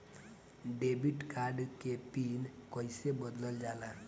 Debit card के pin कईसे बदलल जाला?